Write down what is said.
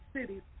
cities